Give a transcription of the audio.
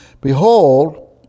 Behold